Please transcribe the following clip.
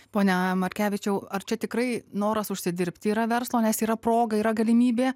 pone markevičiau ar čia tikrai noras užsidirbti yra verslo nes yra proga yra galimybė